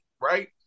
right